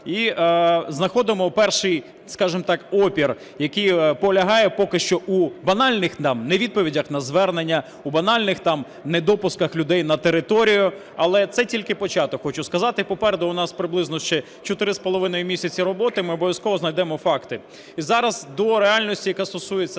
і знаходимо перший, скажемо так, опір, який полягає поки що у банальних нам невідповідях на звернення, у банальних недопусках людей на територію. Але це тільки початок, хочу сказати, попереду у нас приблизно ще 4,5 місяці роботи, ми обов'язково знайдемо факти. І зараз до реальності, яка стосується